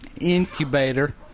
Incubator